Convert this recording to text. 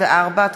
24),